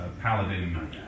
paladin